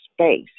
space